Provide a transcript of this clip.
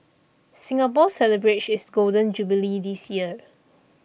Singapore celebrates its Golden Jubilee this year